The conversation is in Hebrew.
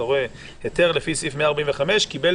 אתה רואה שהיתר לפי סעיף 145 קיבל